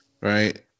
right